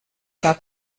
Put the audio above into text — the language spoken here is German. gar